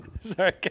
Sorry